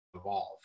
evolve